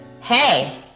Hey